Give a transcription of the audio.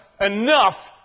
enough